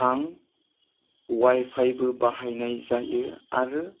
आं वाईफाईबो बाहायनाय जायो आरो